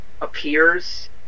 appears